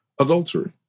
adultery